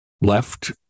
Left